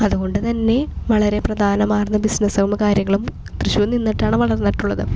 അതുകൊണ്ട് തന്നെ വളരെ പ്രധാനമാർന്ന ബിസ്സിനെസ്സം കാര്യങ്ങളും തൃശ്ശൂർ നിന്നിട്ടാണ് വളർന്നിട്ടുള്ളത്